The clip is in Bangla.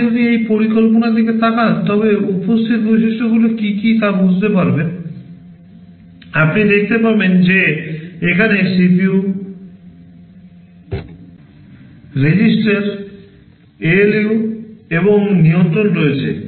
আপনি যদি এই পরিকল্পনার দিকে তাকান তবে উপস্থিত বৈশিষ্ট্যগুলি কী কী তা বুঝতে পারেন আপনি দেখতে পাবেন যে এখানে CPU রেজিস্টার আএলইউ এবং নিয়ন্ত্রণ রয়েছে